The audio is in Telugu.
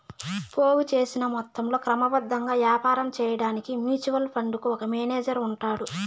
పోగు సేసిన మొత్తంలో క్రమబద్ధంగా యాపారం సేయడాన్కి మ్యూచువల్ ఫండుకు ఒక మేనేజరు ఉంటాడు